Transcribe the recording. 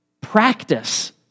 Practice